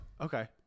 Okay